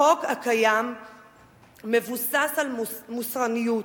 החוק הקיים מבוסס על מוסרניות.